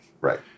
Right